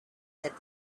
said